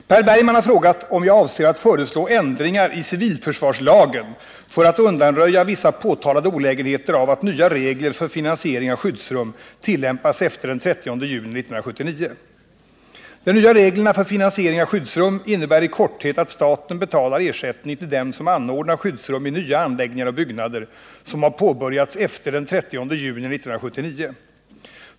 Herr talman! Per Bergman har frågat om jag avser att föreslå ändringar i civilförsvarslagen för att undanröja vissa påtalade olägenheter av att nya regler för finansiering av skyddsrum tillämpas efter den 30 juni 1979. De nya reglerna för finansiering av skyddsrum innebär i korthet att staten betalar ersättning till dem som anordnar skyddsrum i nya anläggningar och byggnader som har påbörjats efter den 30 juni 1979.